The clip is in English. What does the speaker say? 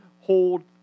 hold